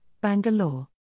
Bangalore